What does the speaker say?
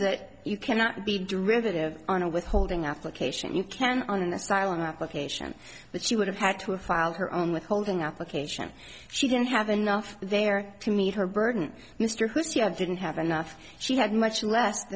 that you cannot be derivative on a withholding application you can on an asylum application but she would have had to a filed her own withholding application she didn't have enough there to meet her burden mr whose you have didn't have enough she had much le